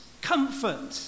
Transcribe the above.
Comfort